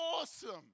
awesome